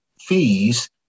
fees